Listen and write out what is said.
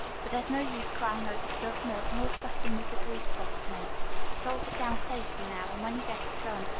but there's no use crying over spilt milk, nor fussin' with the grease spot it makes salt it down safely now, and when you get it done,